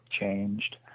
changed